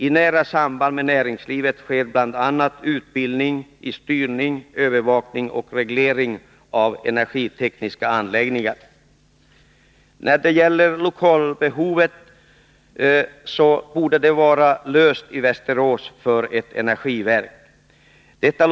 I nära samband med näringslivet ges utbildning i bl.a. styrning, övervakning och reglering av energitekniska anläggningar. Frågan om lokalbehovet för energiverket borde kunna lösas vid en lokalisering till Västerås.